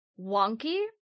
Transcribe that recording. wonky